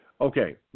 Okay